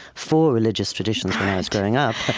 four religious traditions when i was growing up.